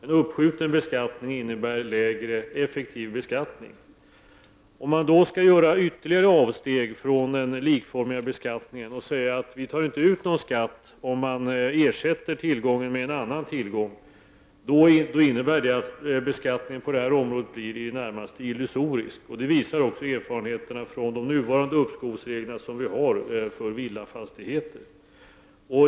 En uppskjuten beskattning innebär lägre effektiv beskattning. Om man då skall göra ytterligare avsteg från den likformiga beskattningen och säga att skatt inte tas ut om tillgången ersätts med en annan tillgång, innebär det att beskattningen på detta område blir i det närmaste illusorisk. Det visar också erfarenheterna från de nuvarande uppskovsreglerna för villafastigheter.